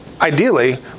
ideally